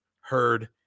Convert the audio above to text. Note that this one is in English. heard